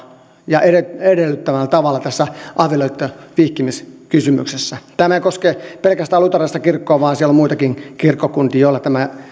ja edellyttämällä tavalla tässä avioliittoon vihkimiskysymyksessä tämä ei koske pelkästään luterilaista kirkkoa vaan on muitakin kirkkokuntia joilla tämä